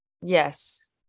yes